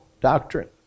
doctrine